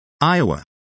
Iowa